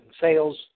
sales